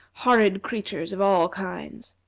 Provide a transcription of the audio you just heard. horrid creatures of all kinds.